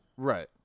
Right